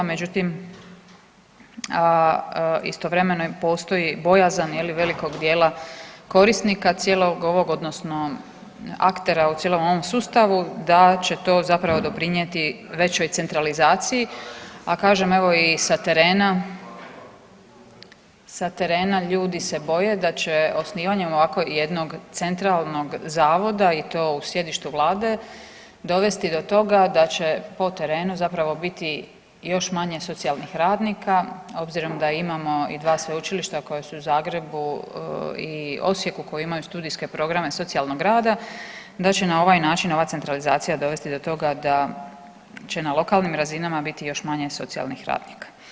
Međutim, istovremeno postoji bojazan velikog dijela korisnika cijelog ovog, odnosno aktera u cijelom ovom sustavu da će to zapravo doprinijeti većoj centralizaciji, a kažem evo i sa terena ljudi se boje da će osnivanjem ovako jednog centralnog zavoda i to u sjedištu Vlade dovesti do toga da će po terenu zapravo biti još manje socijalnih radnika obzirom da imamo i dva sveučilišta koja su u Zagrebu i Osijeku, koji imaju studijske programe socijalnog rada, da će na ovaj način ova centralizacija dovesti do toga da će na lokalnim razinama biti još manje socijalnih radnika.